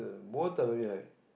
water very high